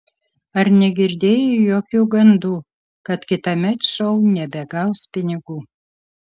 ar negirdėjai jokių gandų kad kitąmet šou nebegaus pinigų